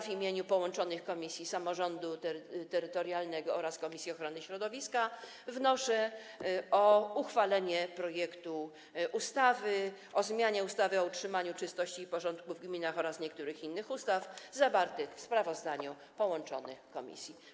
W imieniu połączonych komisji samorządu terytorialnego oraz komisji ochrony środowiska wnoszę o uchwalenie projektu ustawy o zmianie ustawy o utrzymaniu czystości i porządku w gminach oraz niektórych innych ustaw zawartego w sprawozdaniu połączonych komisji.